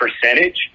percentage